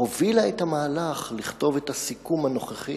הובילה את המהלך לכתיבת הסיכום הנוכחי,